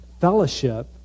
Fellowship